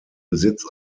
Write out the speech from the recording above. besitz